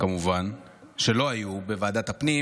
שכמובן לא היו בוועדת הפנים,